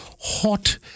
hot